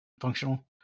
functional